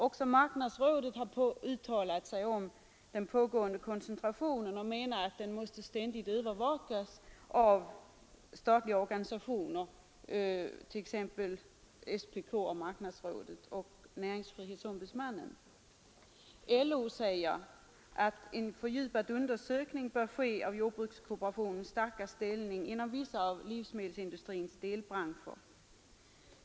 Också marknadsrådet har uttalat sig om den pågående koncentrationen och menar att den måste ständigt övervakas av statliga organisationer, t.ex. statens prisoch kartellnämnd, marknadsrådet och näringsfrihetsombudsmannen. LO säger att en fördjupad undersökning bör ske av jordbrukskooperationens starka ställning inom vissa av livsmedelsindustrins delbranscher.